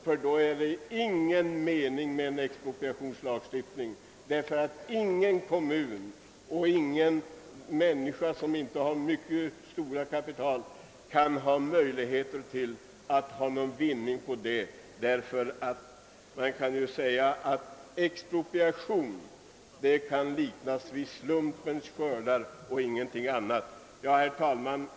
Får de det, är det ingen mening med en expropriationslagstiftning, ty ingen kommun och ingen människa, som inte har mycket stort kapital, kan vinna något genom expropriation, vars resultat enligt min mening kan liknas vid slumpens skördar och ingenting annat. Herr talman!